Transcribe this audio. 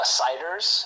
ciders